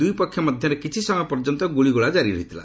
ଦୁଇ ପକ୍ଷ ମଧ୍ୟରେ କିଛି ସମୟ ପର୍ଯ୍ୟନ୍ତ ଗୁଳିଗୋଳା କାରି ରହିଥିଲା